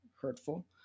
hurtful